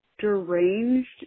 deranged